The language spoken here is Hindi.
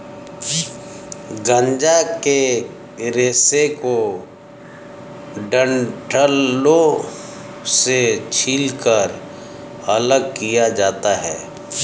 गांजा के रेशे को डंठलों से छीलकर अलग किया जाता है